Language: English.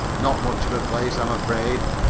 not much of a place, i am afraid,